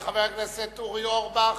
חבר הכנסת אורי אורבך,